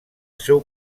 seu